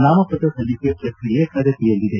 ನಾಮಪತ್ರ ಸಲ್ಲಿಕೆ ಪ್ರಕ್ರಿಯೆ ಪ್ರಗತಿಯಲ್ಲಿದೆ